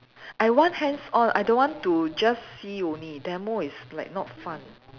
I want hands on I don't want to just see only demo is like not fun